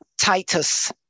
Titus